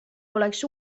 poleks